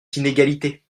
d’inégalité